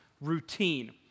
routine